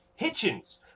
Hitchens